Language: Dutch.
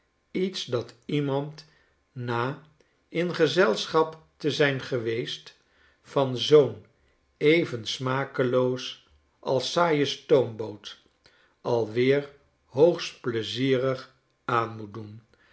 geest enwerkzameverbeeldinggetuigt ietsdatiemand na in gezelschap te zijn geweest van zoo'n even smakeloos als saaie stoomboot alweer hoogst pleizierig aan moet doen